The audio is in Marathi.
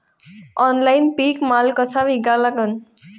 ऑनलाईन पीक माल कसा विका लागन?